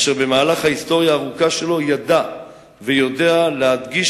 אשר במהלך ההיסטוריה הארוכה שלו ידע ויודע להדגיש